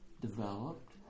developed